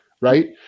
right